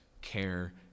care